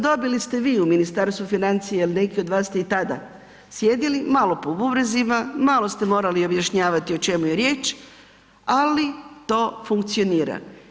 Dobili ste vi u Ministarstvu financija jer neki od vas ste i tada sjedili, malo po bubrezima, malo ste morali objašnjavati o čemu je riječ, ali to funkcionira.